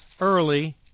early